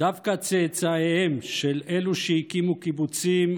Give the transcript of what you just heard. דווקא צאצאיהם של אלו שהקימו קיבוצים,